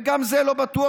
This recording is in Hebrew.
וגם זה לא בטוח,